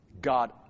God